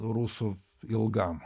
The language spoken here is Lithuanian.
rusų ilgam